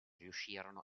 riuscirono